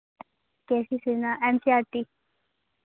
के C Sinha N C E R T